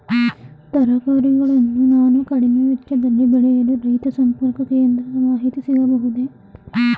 ತರಕಾರಿಗಳನ್ನು ನಾನು ಕಡಿಮೆ ವೆಚ್ಚದಲ್ಲಿ ಬೆಳೆಯಲು ರೈತ ಸಂಪರ್ಕ ಕೇಂದ್ರದ ಮಾಹಿತಿ ಸಿಗಬಹುದೇ?